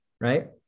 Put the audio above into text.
right